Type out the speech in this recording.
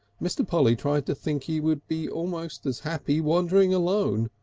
mr. polly tried to think he would be almost as happy wandering alone,